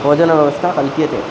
भोजनव्यवस्था कल्प्यते